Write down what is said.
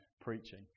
preaching